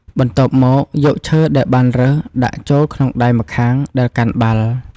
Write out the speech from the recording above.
បន្ទាប់មក យកឈើដែលបានរើសដាក់ចូលក្នុងដៃម្ខាងដែលកាន់បាល់។